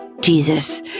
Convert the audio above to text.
Jesus